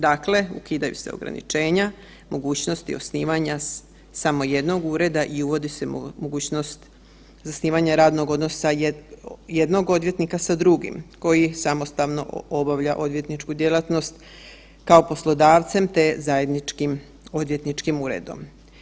Dakle, ukidaju se ograničenja i mogućnosti osnivanja samo jednog ureda i uvodi se mogućnost zasnivanja radnog odnosa jednog odvjetnika sa drugim koji samostalno obavlja odvjetničku djelatnost kao poslodavcem, te zajedničkim odvjetničkim uredom.